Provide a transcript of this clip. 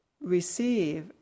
receive